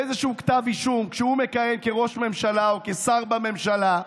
איזשהו כתב אישום כשהוא מכהן כראש ממשלה או כשר בממשלה,